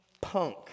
punk